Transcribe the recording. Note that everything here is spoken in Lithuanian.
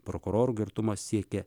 prokurorų girtumas siekė